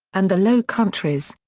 and the low countries.